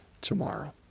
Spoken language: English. tomorrow